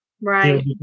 Right